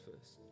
first